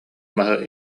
маһы